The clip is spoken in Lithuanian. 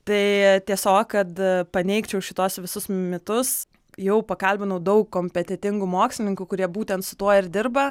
tai tiesiog kad paneigčiau šituos visus mitus jau pakalbinau daug kompetentingų mokslininkų kurie būtent su tuo ir dirba